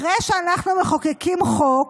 אחרי שאנחנו מחוקקים חוק,